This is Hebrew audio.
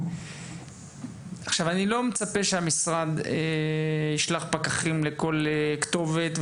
אני לא מצפה שהמשרד ישלח פקחים לכל כתובת,